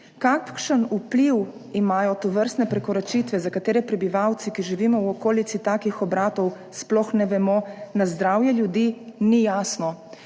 Kakšen vpliv imajo tovrstne prekoračitve, za katere prebivalci, ki živimo v okolici takih obratov, sploh ne vemo, na zdravje ljudi, ni jasno.